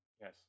Yes